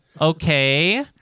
okay